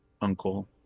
Uncle